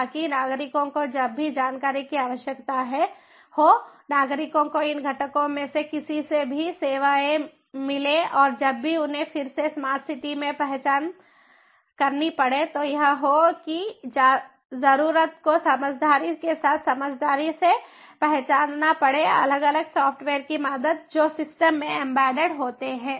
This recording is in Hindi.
ताकि नागरिकों को जब भी जानकारी की आवश्यकता हो नागरिकों को इन घटकों में से किसी से भी सेवाएँ मिलें और जब भी उन्हें फिर से स्मार्ट सिटी में पहचान करनी पड़े तो यह हो कि जरूरत को समझदारी के साथ समझदारी से पहचानना पड़े अलग अलग सॉफ्टवेयर की मदद जो सिस्टम में एम्बेडेड होती है